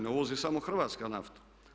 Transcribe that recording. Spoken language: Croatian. Ne uvozi samo Hrvatska naftu.